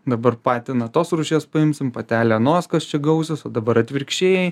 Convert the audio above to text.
dabar patiną tos rūšies paimsim patelę anos kas čia gausis o dabar atvirkščiai